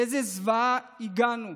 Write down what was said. לאיזו זוועה הגענו?